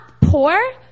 poor